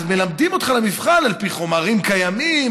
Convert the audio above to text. אז מלמדים אותך למבחן על פי חומרים קיימים,